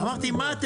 אמרתי מה אם